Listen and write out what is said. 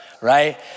right